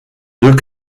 deux